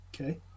Okay